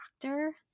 doctor